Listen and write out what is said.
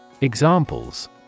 Examples